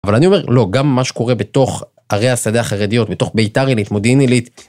אבל אני אומר, לא, גם מה שקורה בתוך ערי השדה החרדיות, בתוך ביתר עילית, מודיעין עילית.